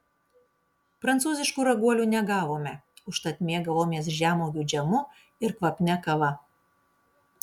prancūziškų raguolių negavome užtat mėgavomės žemuogių džemu ir kvapnia kava